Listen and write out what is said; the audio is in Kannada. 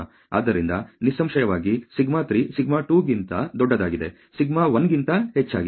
ಆದ್ದರಿಂದ ನಿಸ್ಸಂಶಯವಾಗಿ σ3 σ2 ಗಿಂತ ದೊಡ್ಡದಾಗಿದೆ σ1 ಗಿಂತ ಹೆಚ್ಚಾಗಿದೆ